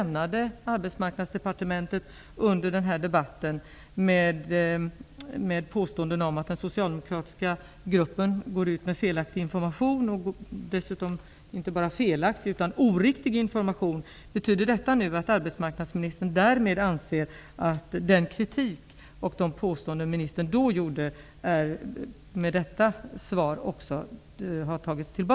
Arbetsmarknadsdepartementet med påstånden om att den socialdemokratiska gruppen gick ut med inte bara felaktig utan dessutom oriktig information?